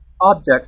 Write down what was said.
objects